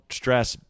stress